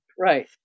Right